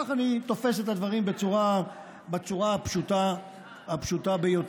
כך אני תופס את הדברים, בצורה הפשוטה ביותר.